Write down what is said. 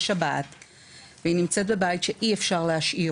זאת שבת והיא נמצאת בבית שאי אפשר להשאיר